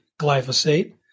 glyphosate